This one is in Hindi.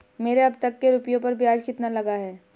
मेरे अब तक के रुपयों पर ब्याज कितना लगा है?